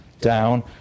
down